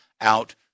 out